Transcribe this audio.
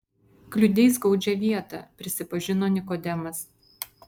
kliudei skaudžią vietą prisipažino nikodemas